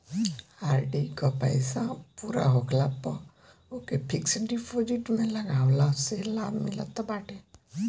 RD कअ पईसा पूरा होखला पअ ओके फिक्स डिपोजिट में लगवला से लाभ मिलत बाटे